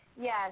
Yes